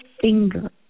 finger